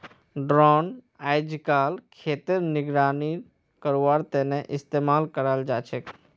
drone अइजकाल खेतेर निगरानी करवार तने इस्तेमाल कराल जाछेक